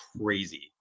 crazy